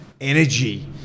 energy